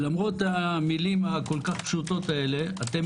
למרות המילים הכל כך פשוטות האלה אתם